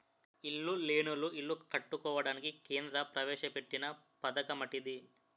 ఇల్లు లేనోళ్లు ఇల్లు కట్టుకోవడానికి కేంద్ర ప్రవేశపెట్టిన పధకమటిది